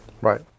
Right